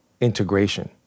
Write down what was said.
integration